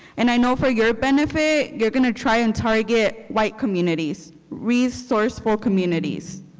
and i know for your benefit you're going to try and target white communities, resourceful communities.